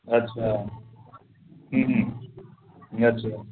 अच्छा अच्छा